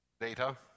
Data